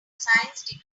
science